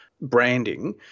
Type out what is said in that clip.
branding